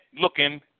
looking